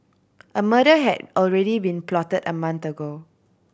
a murder had already been plotted a month ago